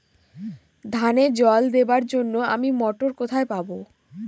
ধানে জল দেবার জন্য আমি মটর কোথায় পাবো?